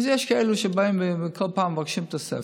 אז יש כאלה שבאים וכל פעם מבקשים תוספת,